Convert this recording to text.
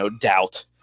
doubt